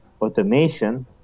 automation